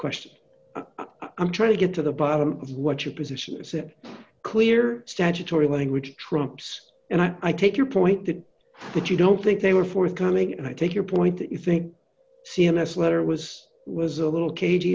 question i'm trying to get to the bottom of what your position is a clear statutory language trumps and i take your point that that you don't think they were forthcoming and i take your point that you think c m s letter was was a little cage